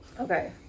okay